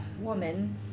woman